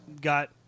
got